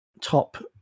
top